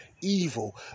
evil